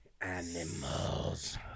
Animals